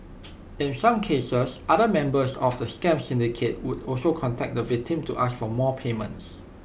in some cases other members of the scam syndicate would also contact the victims to ask for more payments